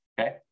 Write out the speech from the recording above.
Okay